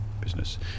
business